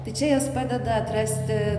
tai čia jas padeda atrasti